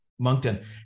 Moncton